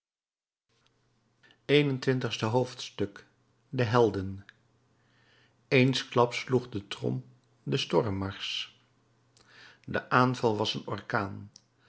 een-en-twintigste hoofdstuk de helden eensklaps sloeg de trom den stormmarsch de aanval was een orkaan